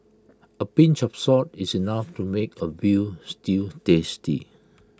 A pinch of salt is enough to make A Veal Stew tasty